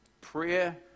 Prayer